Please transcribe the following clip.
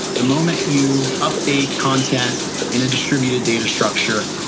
the moment you update content in a distributed data structure,